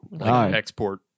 Export